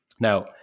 Now